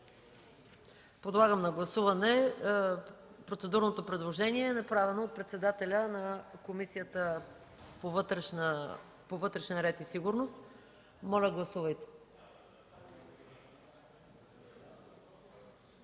Подлагам на гласуване процедурното предложение направено от председателя на Комисията по вътрешна сигурност и обществен